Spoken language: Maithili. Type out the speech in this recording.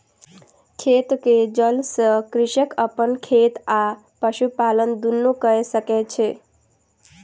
खेत के जल सॅ कृषक अपन खेत आ पशुपालन दुनू कय सकै छै